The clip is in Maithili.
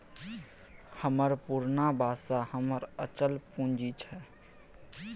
हमर पुरना बासा हमर अचल पूंजी छै